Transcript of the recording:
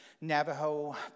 Navajo